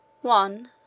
one